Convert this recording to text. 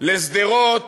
לשדרות